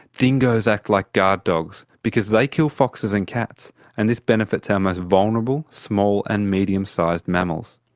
dingoes act like guard dogs because they kill foxes and cats and this benefits our most vulnerable, small and medium-sized mammals.